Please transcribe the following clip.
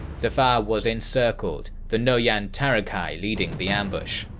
zafar was encircled, the noyan taraghai leading the ambush.